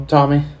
Tommy